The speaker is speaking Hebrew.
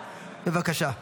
בבקשה.